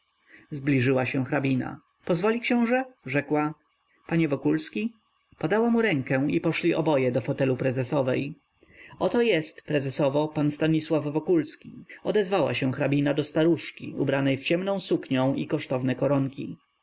zbliżyła się hrabina pozwoli książe rzekła panie wokulski podała mu rękę i poszli oboje do fotelu prezesowej oto jest prezesowo pan stanisław wokulski odezwała się hrabina do staruszki ubranej w ciemną suknią i kosztowne koronki